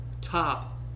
top